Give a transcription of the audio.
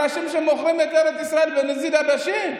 אנשים שמוכרים את ארץ ישראל בנזיד עדשים.